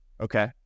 Okay